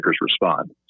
respond